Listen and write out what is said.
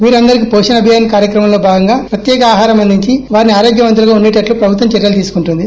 వీరందరికీ వోషణ అబియాస్ కార్యక్రమం లో భాగంగా ప్రత్యేక ఆహారం అందించి వారిని ఆరోగ్యవంతులుగా ఉండేటట్లు ప్రభుత్వం చర్యలు తీసుకుంటుంది